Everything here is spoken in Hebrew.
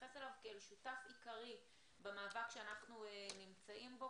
נתייחס אליו כאל שותף עיקרי במאבק שאנחנו נמצאים בו,